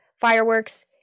fireworks